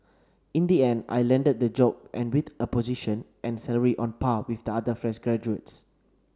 in the end I landed the job and with a position and salary on par with the other fresh graduates